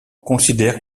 considère